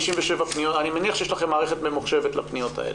אני מניח שיש לכם מערכת ממוחשבת לפניות האלה.